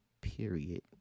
period